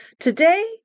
Today